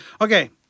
Okay